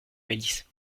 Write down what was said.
milice